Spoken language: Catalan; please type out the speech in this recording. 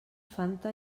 fanta